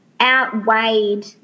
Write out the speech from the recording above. outweighed